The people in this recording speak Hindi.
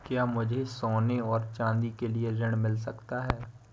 क्या मुझे सोने और चाँदी के लिए ऋण मिल सकता है?